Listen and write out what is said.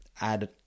add